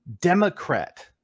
Democrat